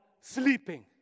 sleeping